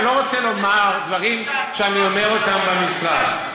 לא רוצה לומר דברים שאני אומר אותם במשרד.